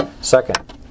Second